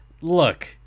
Look